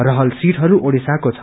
रहल सटिहरू ओडिसाको छ